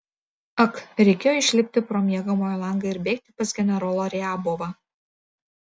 ak reikėjo išlipti pro miegamojo langą ir bėgti pas generolą riabovą